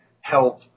help